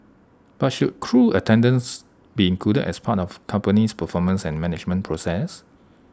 but should crew attendance be included as part of company's performance and management process